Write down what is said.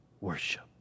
worship